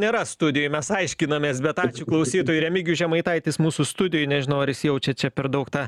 nėra studijoj mes aiškinamės bet ačiū klausytojui remigijus žemaitaitis mūsų studijoj nežinau ar jis jaučia čia per daug tą